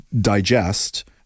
digest